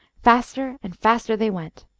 faster and faster they went.